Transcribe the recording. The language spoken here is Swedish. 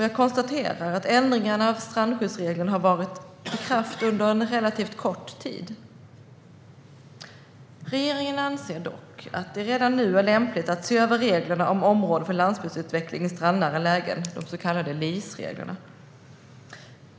Jag konstaterar att ändringarna av strandskyddsreglerna har varit i kraft under en relativt kort tid. Regeringen anser dock att det redan nu är lämpligt att se över reglerna om områden för landsbygdsutveckling i strandnära lägen - de så kallade LIS-reglerna.